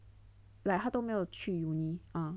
like 他都没有去 uni ah